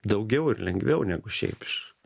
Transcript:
daugiau ir lengviau negu šiaip iš